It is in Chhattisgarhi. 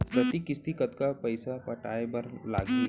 प्रति किस्ती कतका पइसा पटाये बर लागही?